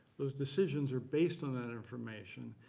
those decisions are based on that information.